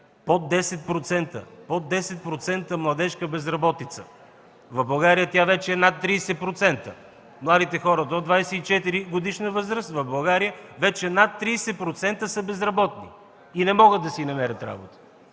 Под 10% младежка безработица. В България тя вече е над 30%. Младите хора до 24 годишна възраст в България вече над 30% са безработни и не могат да си намерят работа.